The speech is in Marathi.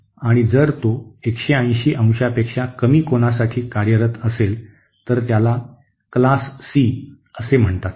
आणि जर तो 180 अंशापेक्षा कमी कोनासाठी कार्यरत असेल तर त्याला वर्ग सी असे म्हणतात